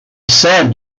served